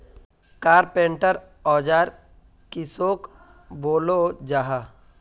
Carpenter औजार किसोक बोलो जाहा?